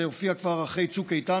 זה הופיע כבר אחרי צוק איתן,